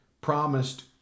promised